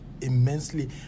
immensely